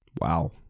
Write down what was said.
Wow